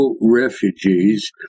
refugees